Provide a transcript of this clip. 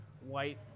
white